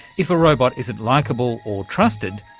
if a robot isn't likable or trusted,